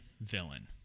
villain